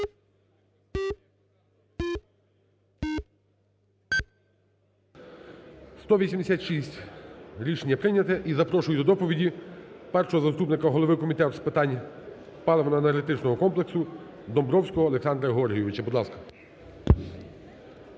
За-186 Рішення прийняте. І запрошую до доповіді першого заступника голови Комітету з питань паливно-енергетичного комплексу Домбровського Олександра Георгійовича, будь ласка.